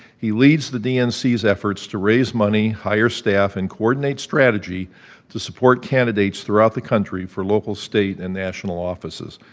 he leads the dnc's efforts to raise money, higher staff, and coordinate strategy to support candidates throughout the country for local, state, and national offices.